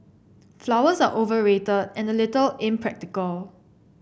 flowers are overrated and a little impractical